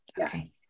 Okay